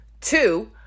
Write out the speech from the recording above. Two